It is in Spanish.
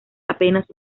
apenas